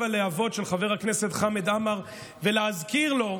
הלהבות של חבר הכנסת חמד עמאר ולהזכיר לו,